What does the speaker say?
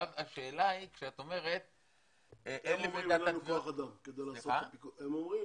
הם אומרים